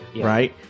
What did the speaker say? Right